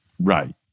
right